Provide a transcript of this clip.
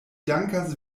dankas